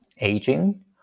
aging